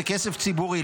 זה כסף ציבורי.